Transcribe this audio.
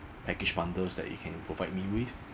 package bundles that you can provide me with